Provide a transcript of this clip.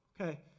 Okay